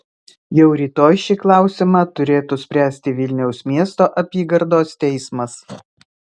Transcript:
jau rytoj šį klausimą turėtų spręsti vilniaus miesto apygardos teismas